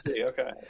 okay